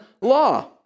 law